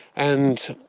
and,